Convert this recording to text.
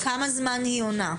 כמה זמן היא עונה?